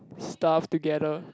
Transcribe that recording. stuff together